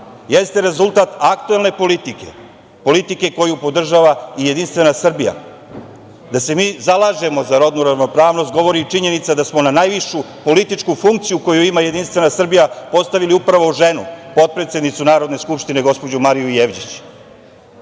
jeste rezultat aktuelne politike, politike koju podržava i Jedinstvena Srbija. Da se mi zalažemo za rodnu ravnopravnost govori i činjenica da smo na najvišu političku funkciju koju ima Jedinstvena Srbija postavili upravo ženu, potpredsednicu Narodne skupštine, gospođu Mariju Jevđić.